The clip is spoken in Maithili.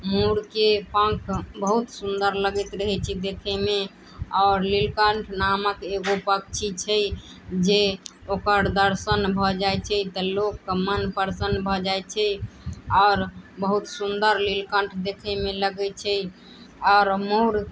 मोरके पंख बहुत सुन्दर लगैत रहै छै देखैमे आओर नीलकंठ नामक एगो पक्षी छै जे ओकर दर्शन भऽ जाइ छै तऽ लोकके मन प्रसन्न भऽ जाइ छै आओर बहुत सुन्दर नीलकंठ देखयमे लगै छै आओर मोर